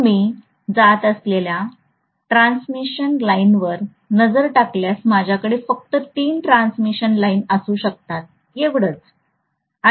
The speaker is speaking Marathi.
म्हणून मी जात असलेल्या ट्रान्समिशन लाईन्सवर नजर टाकल्यास माझ्याकडे फक्त तीन ट्रान्समिशन लाइन असू शकतात एवढंच